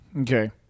Okay